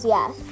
Yes